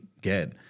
get